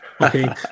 Okay